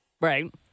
Right